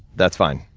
that's fine.